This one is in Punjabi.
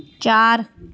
ਚਾਰ